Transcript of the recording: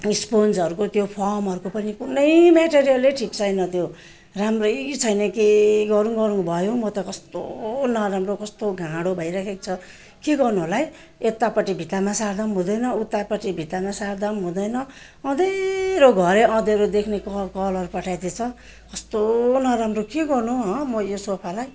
स्पोन्जहरूको त्यो फमहरूको पनि कुनै म्येटिरियलै ठिक छैन त्यो राम्रै छैन के गरूँ गरूँ भयो म त कस्तो नराम्रो कस्तो घाँडो भइराखेको छ क गर्नु होला है यतापट्टि भित्तामा सार्दा पनि हुँदैन उतापट्टि भित्तामा सार्दा पनि हुँदैन अँधरो घरै अँधेरो देख्ने क कलर पठाइदिएछ कस्तो नराम्रो के गर्नु हँ म यो सोफालाई